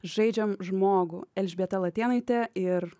žaidžiam žmogų elžbieta latėnaitė ir